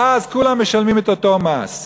ואז כולם משלמים את אותו מס.